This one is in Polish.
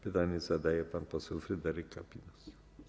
Pytanie zadaje pan poseł Fryderyk Kapinos.